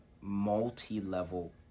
multi-level